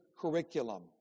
curriculum